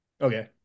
okay